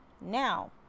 Now